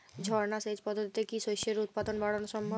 ঝর্না সেচ পদ্ধতিতে কি শস্যের উৎপাদন বাড়ানো সম্ভব?